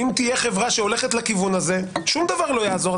אם תהיה חברה שהולכת לכיוון הזה שום דבר לא יעזור.